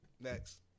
next